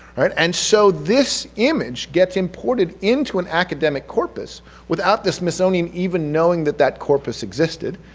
and so this image gets imported into an academic corpus without the smithsonian even knowing that that corpus existed,